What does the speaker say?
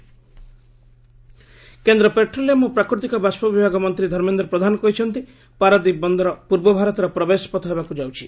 ଓଡିଶା କରୋକନ୍ କ୍ଷ୍ଟ୍ରୋଲ କେନ୍ଦ୍ର ପଟ୍ରୋଲିୟମ ଓ ପ୍ରାକୃତିକ ବାଷ୍ପ ବିଭାଗ ମନ୍ତ୍ରୀ ଧର୍ମେନ୍ଦ୍ର ପ୍ରଧାନ କହିଛନ୍ତି ପାରାଦୀପ ବନ୍ଦର ପୂର୍ବଭାରତର ପ୍ରବେଶପଥ ହେବାକୁ ଯାଉଛି